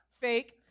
fake